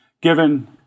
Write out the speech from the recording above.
given